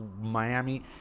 Miami